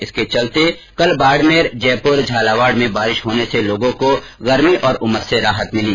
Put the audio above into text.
इसके चलते कल बाड़मेर जयपुर और झालावाड़ में बारिश होने से लोगों को गर्मी और उमस से राहत मिली